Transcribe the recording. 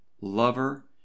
lover